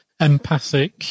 empathic